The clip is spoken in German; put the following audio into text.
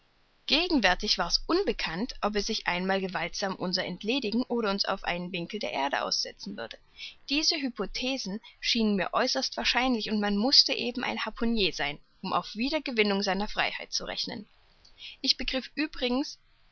gegenwärtig war's unbekannt ob er sich einmal gewaltsam unser entledigen oder uns auf einen winkel der erde aussetzen würde diese hypothesen schienen mir äußerst wahrscheinlich und man mußte eben ein harpunier sein um auf wiedergewinnung seiner freiheit zu rechnen ich begriff übrigens